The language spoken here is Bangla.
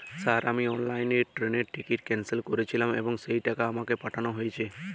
স্যার আমি অনলাইনে ট্রেনের টিকিট ক্যানসেল করেছিলাম এবং সেই টাকা আমাকে পাঠানো হয়েছে?